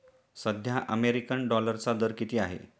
सध्या अमेरिकन डॉलरचा दर किती आहे?